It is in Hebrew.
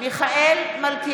מיכאלי,